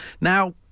Now